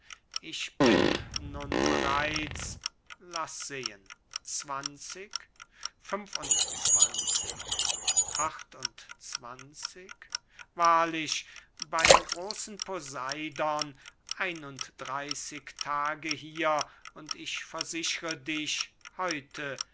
ich bin nun bereits laß sehen zwanzig fünf und zwanzig acht und zwanzig wahrlich beym großen poseidon ein und dreyßig tage hier und ich versichre dich heute